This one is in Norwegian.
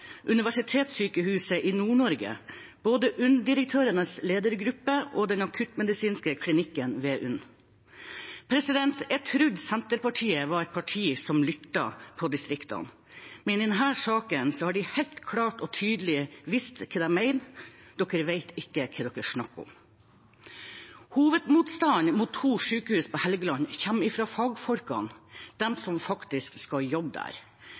Universitetssykehuset Nord-Norge, både UNN-direktørenes ledergruppe og den akuttmedisinske klinikken ved UNN. Jeg trodde Senterpartiet var et parti som lyttet til distriktene, men i denne saken har de helt klart og tydelig vist hva de mener: Dere vet ikke hva dere snakker om. Hovedmotstanden mot to sykehus på Helgeland kommer fra fagfolkene, de som faktisk skal jobbe der.